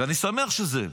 ואני שמח שזה הם.